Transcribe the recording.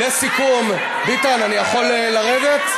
ביטן, אני יכול לרדת?